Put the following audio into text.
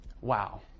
Wow